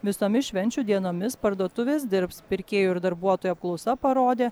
visomis švenčių dienomis parduotuvės dirbs pirkėjų ir darbuotojų apklausa parodė